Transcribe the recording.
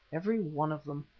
every one of them.